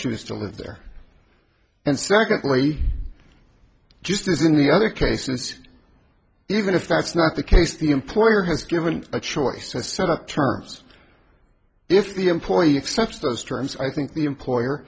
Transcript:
choose to live there and secondly just as in the other cases even if that's not the case the employer has given a choice to set up terms if the employee excepts those terms i think the employer